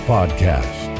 Podcast